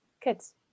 kids